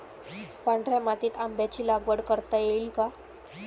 पांढऱ्या मातीत आंब्याची लागवड करता येईल का?